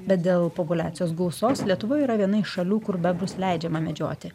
bet dėl populiacijos gausos lietuva yra viena iš šalių kur bebrus leidžiama medžioti